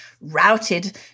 routed